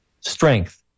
Strength